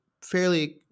fairly